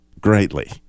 greatly